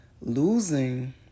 losing